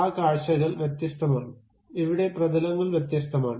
ആ കാഴ്ചകൾ വ്യത്യസ്തമാണ് ഇവിടെ പ്രതലങ്ങൾ വ്യത്യസ്തമാണ്